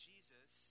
Jesus